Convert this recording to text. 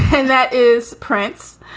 and that is prince